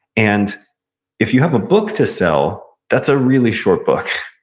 and if you have a book to sell, that's a really short book.